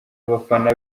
abafana